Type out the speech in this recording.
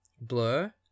Blur